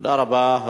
תודה רבה.